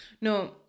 No